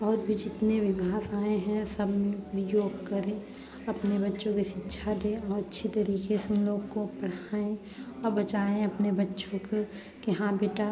और भी जितने भी भाषाऍं हैं सब प्रयोग करें अपने बच्चों के शिक्षा दें और अच्छी तरीके से उन लोग को पढ़ाऍं और बचाऍं अपने बच्चों को कि हाँ बेटा